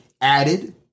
added